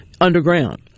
underground